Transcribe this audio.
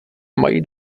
mají